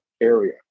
area